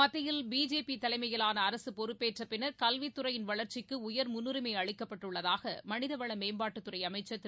மத்தியில் பிஜேபி தலைமையிலான அரசு பொறுப்பேற்ற பின்னர் கல்வித்துறையின் வளர்ச்சிக்கு உயர்முன்னுரிமை அளித்துள்ளதாக மனிதவள மேம்பாட்டுத் துறை அமைச்சர் திரு